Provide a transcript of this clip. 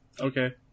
Okay